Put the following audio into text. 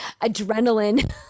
adrenaline